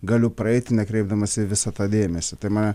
galiu praeiti nekreipdamas į visą tą dėmesį tai mane